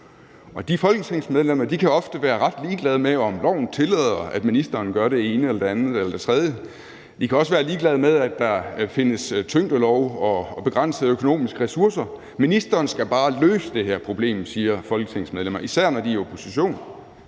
de folketingsmedlemmer kan ofte være ret ligeglade med, om loven tillader, at ministeren gør det ene eller det andet eller det tredje. De kan også være ligeglade med, at der findes tyngdelov og begrænsede økonomiske ressourcer. Ministeren skal bare løse det her problem, siger folketingsmedlemmer, især når de er i opposition.